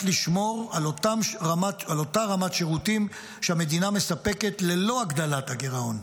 לשמור על אותה רמת שירותים שהמדינה מספקת ללא הגדלת הגירעון.